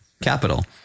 capital